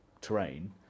terrain